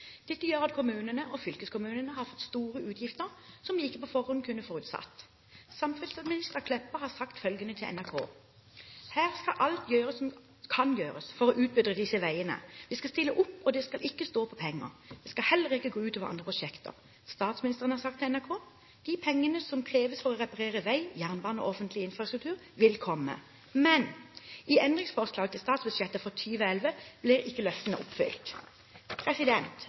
Dette gjør at kommunene og fylkeskommunene har fått store utgifter som de ikke på forhånd kunne forutsatt. Samferdselsminister Meltveit Kleppa har sagt følgende til NRK: «Her skal alt gjøres som kan gjøres for å utbedre disse veiene. Vi skal stille opp, og det skal ikke stå på penger. Det skal heller ikke gå ut over andre prosjekter.» Statsministeren har sagt til NRK: «De pengene som kreves for å reparere vei, jernbane og offentlig infrastruktur vil komme.» Men i endringsforslag til statsbudsjettet for 2011 blir ikke løftene oppfylt.